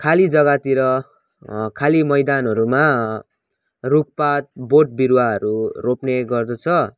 खाली जग्गातिर खाली मैदानहरूमा रुखपात बोट बिरुवाहरू रोप्ने गर्दछ